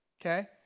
okay